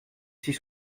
six